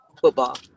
Football